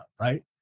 right